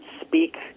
speak